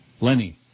Lenny